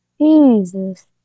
Jesus